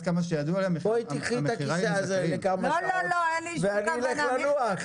בואי קחי את הכיסא הזה לכמה שעות ואני אלך לנוח.